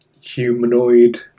humanoid